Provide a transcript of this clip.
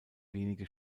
wenige